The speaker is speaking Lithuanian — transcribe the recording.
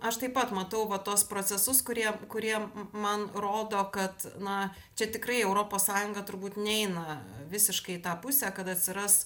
aš taip pat matau va tuos procesus kurie kurie man rodo kad na čia tikrai europos sąjunga turbūt neina visiškai į tą pusę kad atsiras